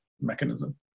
mechanism